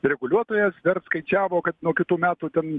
reguliuotojas dar apskaičiavo kad nuo kitų metų ten